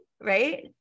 right